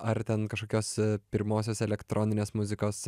ar ten kažkokios pirmosios elektroninės muzikos